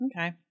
Okay